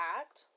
act